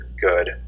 good